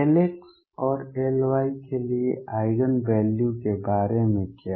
Lx और Ly के लिए आइगेन वैल्यू के बारे में क्या